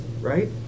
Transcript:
right